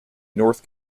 north